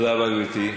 תודה רבה, גברתי.